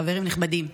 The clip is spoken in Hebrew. חברים נכבדים,